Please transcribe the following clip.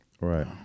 Right